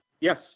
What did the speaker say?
Yes